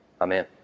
Amen